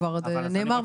כבר נאמר.